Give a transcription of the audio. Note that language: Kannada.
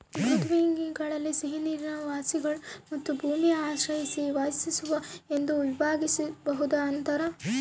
ಮೃದ್ವಂಗ್ವಿಗಳಲ್ಲಿ ಸಿಹಿನೀರಿನ ವಾಸಿಗಳು ಮತ್ತು ಭೂಮಿ ಆಶ್ರಯಿಸಿ ವಾಸಿಸುವ ಎಂದು ವಿಭಾಗಿಸ್ಬೋದು ಅಂತಾರ